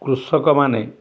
କୃଷକମାନେ